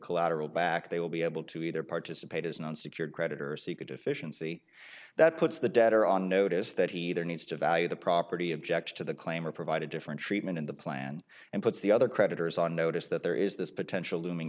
collateral back they will be able to either participate as non secured creditors seek a deficiency that puts the debtor on notice that he either needs to value the property object to the claim or provide a different treatment in the plan and puts the other creditors on notice that there is this potential looming